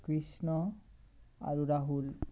কৃষ্ণ আৰু ৰাহুল